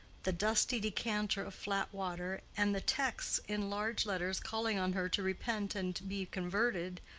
the dusty decanter of flat water, and the texts in large letters calling on her to repent and be converted,